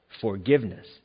forgiveness